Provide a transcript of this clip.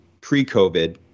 pre-COVID